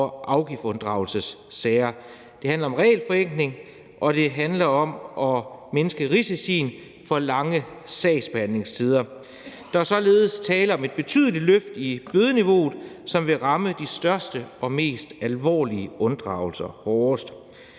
og afgiftsunddragelsessager. Det handler om regelforenkling, og det handler om at mindske risici for lange sagsbehandlingstider. Der er således tale om et betydeligt løft af bødeniveauet, som vil ramme de største og mest alvorlige unddragelser hårdest.